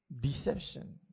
deception